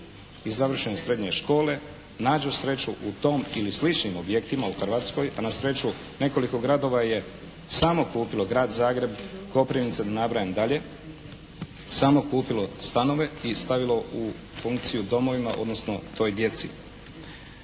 i završene srednje škole nađu sreću u tom ili sličnim objektima u Hrvatskoj, a na sreću nekoliko gradova je samo kupilo, Grad Zagreb, Koprivnica, da ne nabrajam dalje, samo kupilo stanove i stavilo u funkciju domovima, odnosno toj djeci.